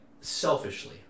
selfishly